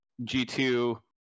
G2